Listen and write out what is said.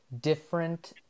different